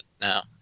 now